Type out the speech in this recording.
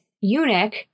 eunuch